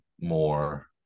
more